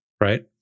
right